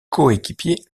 coéquipiers